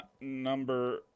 number